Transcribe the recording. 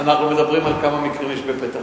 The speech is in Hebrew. אנחנו מדברים על כמה מקרים בפתח-תקווה,